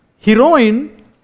heroine